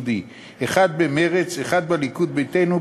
אחד במרצ ואחד בליכוד ביתנו,